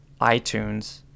iTunes